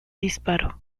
disparo